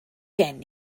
gen